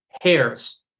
hairs